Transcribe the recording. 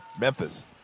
Memphis